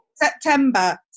September